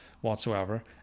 Whatsoever